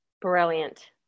Brilliant